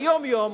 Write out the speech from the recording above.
ביום-יום,